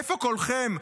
איפה קולכם?